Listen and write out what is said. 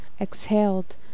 exhaled